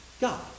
God